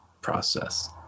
process